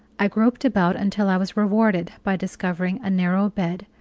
i groped about until i was rewarded by discovering a narrow bed,